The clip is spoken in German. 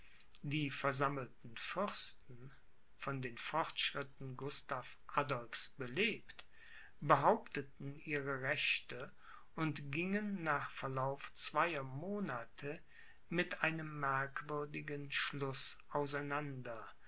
die versammelten fürsten von den fortschritten gustav adolphs belebt behaupteten ihre rechte und gingen nach verlauf zweier monate mit einem merkwürdigen schluß